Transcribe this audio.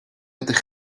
ydych